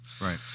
Right